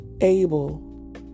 able